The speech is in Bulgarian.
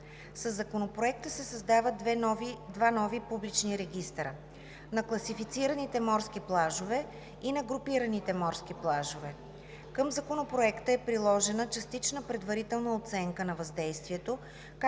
Със Законопроекта се създават два нови публични регистъра – на класифицираните морски плажове и на групираните морски плажове. Към Законопроекта е приложена Частична предварителна оценка на въздействието,